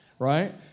right